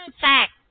fact